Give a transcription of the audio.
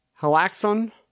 Halaxon